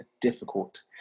difficult